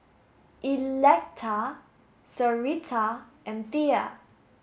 Electa Sarita and Thea